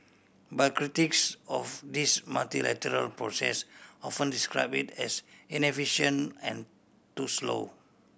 but critics of this multilateral process often describe it as inefficient and too slow